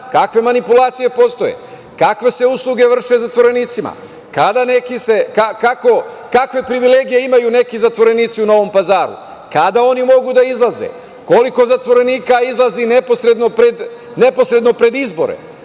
kakve manipulacije postoje, kakve se usluge vrše zatvorenicima, kakve privilegije imaju neki zatvorenici u Novom Pazaru, kada oni mogu da izlaze, koliko zatvorenika izlazi neposredno pred izbore?